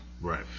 Right